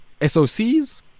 SOCs